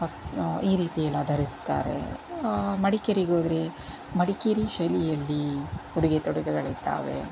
ಈ ರೀತಿಯೆಲ್ಲ ಧರಿಸ್ತಾರೆ ಮಡಿಕೇರಿಗೋದ್ರೆ ಮಡಿಕೇರಿ ಶೈಲಿಯಲ್ಲಿ ಉಡುಗೆ ತೊಡುಗೆಗಳಿರ್ತಾವೆ